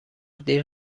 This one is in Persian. دیر